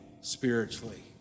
spiritually